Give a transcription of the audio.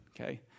Okay